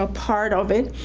ah part of it,